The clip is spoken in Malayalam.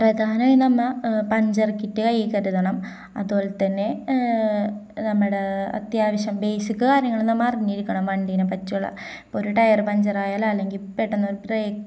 പ്രധാനമായി നമ്മള് പഞ്ചർ കിറ്റ് കയ്യില് കരുതണം അതുപോലെ തന്നെ നമ്മുടെ അത്യാവശ്യം ബേസിക് കാര്യങ്ങള് നമ്മള് അറിഞ്ഞിരിക്കണം വണ്ടീനെപ്പറ്റിയുള്ള ഇപ്പോള് ഒരു ടയര് പഞ്ചറായാലോ അല്ലെങ്കില് പെട്ടെന്ന് ഒരു ബ്രേക്ക്